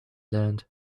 learned